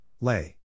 lay